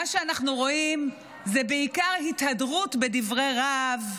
מה שאנחנו רואים זה בעיקר התהדרות בדברי רהב,